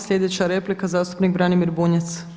Sljedeća replika zastupnik Branimir Bunjac.